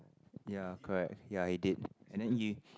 ya correct ya it did and then it